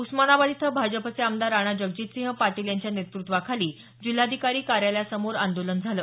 उस्मानाबाद इथं भाजपचे आमदार राणा जगजितसिंह पाटील यांच्या नेतृत्वाखाली जिल्हाधिकारी कार्यालयासमोर आंदोलन झालं